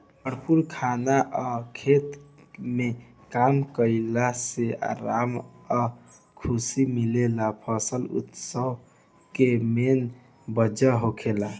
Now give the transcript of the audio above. भरपूर खाना अउर खेत में काम कईला से आराम आ खुशी मिलेला फसल उत्सव के मेन वजह होखेला